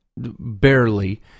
barely